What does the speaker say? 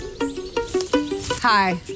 Hi